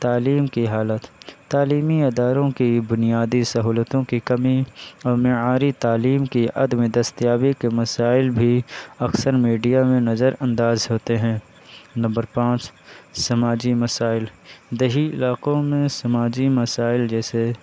تعلیم کی حالت تعلیمی اداروں کی بنیادی سہولتوں کی کمی اور معیاری تعلیم کی عدم دستیابی کے مسائل بھی اکثر میڈیا میں نظر انداز ہوتے ہیں نمبر پانچ سماجی مسائل دیہی علاقوں میں سماجی مسائل جیسے